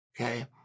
Okay